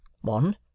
one